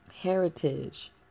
heritage